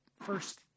first